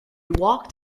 walked